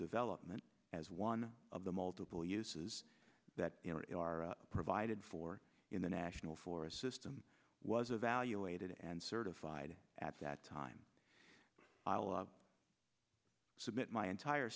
development as one of the multiple uses that are provided for in the national forest system was evaluated and certified adds that time i will submit my entire